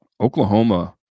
Oklahoma